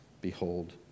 Behold